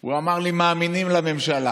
והוא אמר לי: מאמינים לממשלה.